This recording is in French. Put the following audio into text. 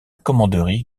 commanderie